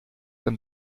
and